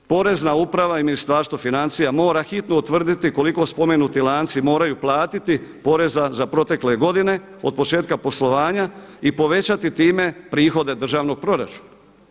Porezna uprava i Ministarstvo financija mora hitno utvrditi koliko spomenuti lanci moraju platiti poreza za protekle godine od početka poslovanja i povećati time prihode državnom proračunu.